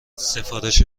سفارش